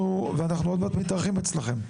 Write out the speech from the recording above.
אנחנו עוד מעט מתארחים אצלכם.